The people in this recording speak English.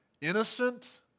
innocent